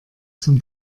zum